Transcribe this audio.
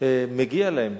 מגיע להם,